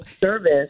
service